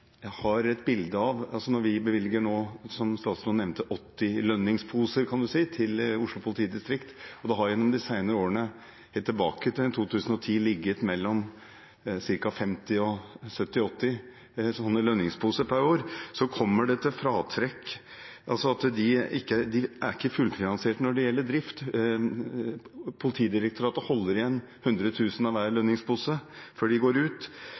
nå bevilger 80 lønningsposer til Oslo politidistrikt – det har de senere årene, helt tilbake til 2010, ligget på mellom ca. 50 og 70–80 lønningsposer per år – så kommer det til fratrekk at de ikke er fullfinansiert når det gjelder drift. Politidirektoratet holder igjen 100 000 kr av hver lønningspose før den går ut.